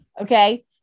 okay